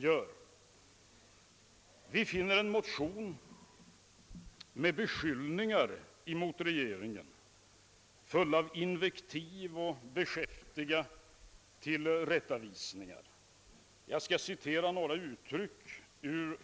I folkpartimotionen II: 1103, som är välförsedd med beskyllningar mot regeringen och full av invektiv och beskäftiga tillrättavisningar, vill jag citera nägra uttryck.